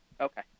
Okay